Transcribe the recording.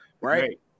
Right